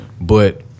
But-